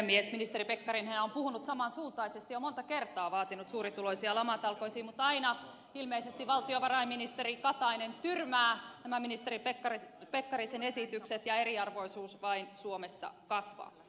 ministeri pekkarinenhan on puhunut saman suuntaisesti jo monta kertaa vaatinut suurituloisia lamatalkoisiin mutta aina ilmeisesti valtiovarainministeri katainen tyrmää nämä ministeri pekkarisen esitykset ja eriarvoisuus vain suomessa kasvaa